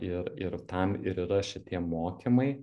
ir ir tam ir yra šitie mokymai